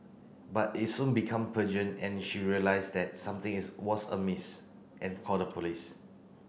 but it soon become and she realised that something is was amiss and called the police